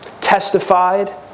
testified